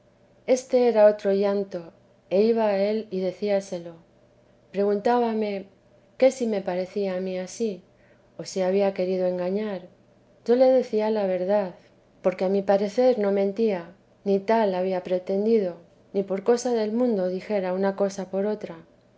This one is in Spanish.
este era otro llanto e iba a él y decíaselo preguntábame qué si me parecía a mí ansí o si había querido engañar yo le decía la verdad porque a mi parecer no mentía ni tal había pretendido ni por cosa del mundo dijera una cosa por otra